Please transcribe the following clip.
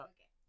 Okay